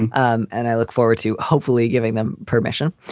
and um and i look forward to hopefully giving them permission.